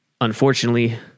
unfortunately